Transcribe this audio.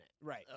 Right